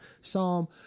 psalm